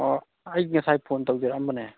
ꯑꯣ ꯑꯩ ꯉꯁꯥꯏ ꯐꯣꯟ ꯇꯧꯖꯔꯛꯑꯝꯕꯅꯦ